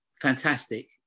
fantastic